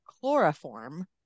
chloroform